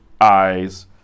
eyes